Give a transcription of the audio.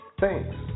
Thanks